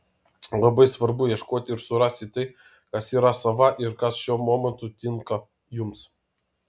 labai svarbu ieškoti ir surasti tai kas yra sava ir kas šiuo momentu tinka jums